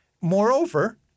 Moreover